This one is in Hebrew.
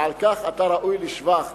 ועל כך אתה ראוי לשבח.